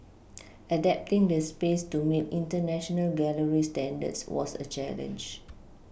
adapting the space to meet international gallery standards was a challenge